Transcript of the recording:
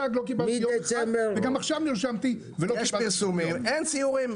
יש פרסומים ואין סיורים.